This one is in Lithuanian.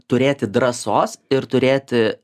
turėti drąsos ir turėti